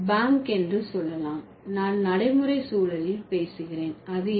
bank என்று சொல்லலாம் நான் நடைமுறை சூழலில் பேசுகிறேன்அது என்ன